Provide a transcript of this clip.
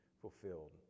fulfilled